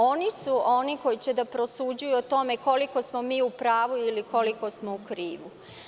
Oni su oni koji će da prosuđuju o tome koliko smo mi u pravu ili koliko smo u krivu.